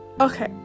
okay